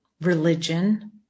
religion